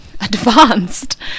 advanced